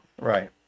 Right